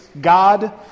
God